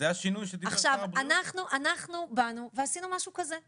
אנחנו באנו ועשינו משהו כזה,